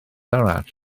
arall